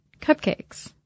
cupcakes